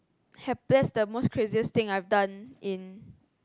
have that's the most craziest thing I've done in